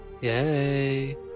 Yay